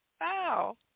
Wow